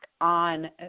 on